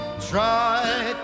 Try